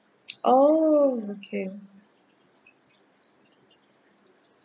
oh okay